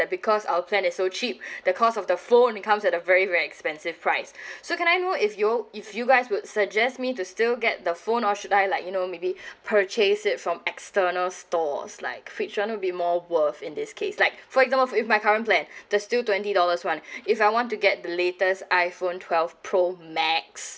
that because our plan is so cheap the cost of the phone it comes at a very very expensive price so can I know if you all if you guys would suggest me to still get the phone or should I like you know maybe purchase it from external stores like which gonna be more worth in this case like for example if my current plan they still twenty dollars one if I want to get the latest iphone twelve pro max